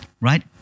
right